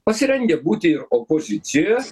pasirengę būti ir opozicijoje